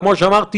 כמו שאמרתי,